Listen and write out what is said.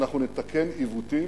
אנחנו נתקן עיוותים,